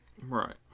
Right